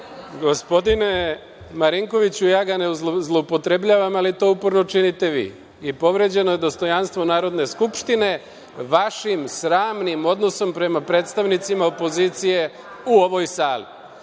Gospodine Marinkoviću, ja ga ne zloupotrebljavam, ali to uporno činite vi. Povređeno je dostojanstvo Narodne skupštine vašim sramnim odnosom prema predstavnicima opozicije u ovoj sali. Pet